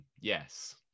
yes